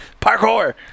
Parkour